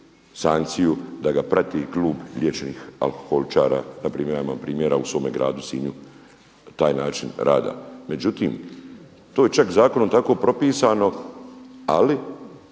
da ga prati klub liječenih alkoholičara. Na primjer ja imam primjera u svome gradu Sinju taj način rada. Međutim, to je čak zakonom tako propisano, ali